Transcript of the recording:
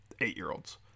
eight-year-olds